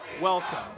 welcome